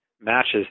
matches